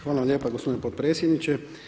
Hvala vam lijepa gospodine potpredsjedniče.